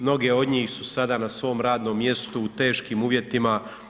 Mnoge od njih su sada na svom radnom mjestu u teškim uvjetima.